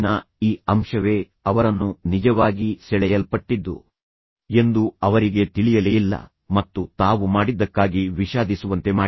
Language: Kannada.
ಮೆದುಳಿನ ಈ ಅಂಶವೇ ಅವರನ್ನು ನಿಜವಾಗಿ ಸೆಳೆಯಲ್ಪಟ್ಟಿದ್ದು ಎಂದು ಅವರಿಗೆ ತಿಳಿಯಲೇ ಇಲ್ಲ ಮತ್ತು ಅದು ಅವರನ್ನು ಗುಲಾಮರನ್ನಾಗಿ ಮಾಡಿ ದಾರಿ ತಪ್ಪಿಸಿ ನಂತರ ತಾವು ಮಾಡಿದ್ದಕ್ಕಾಗಿ ವಿಷಾದಿಸುವಂತೆ ಮಾಡಿದೆ